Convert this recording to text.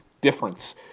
difference